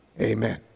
Amen